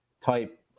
type